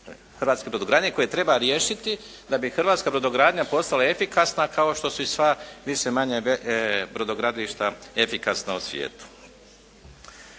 hrvatske brodogradnje koje treba riješiti da bi hrvatska brodogradnja postala efikasna kao što su i sva više-manje brodogradilišta efikasna u svijetu.